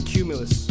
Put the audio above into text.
Cumulus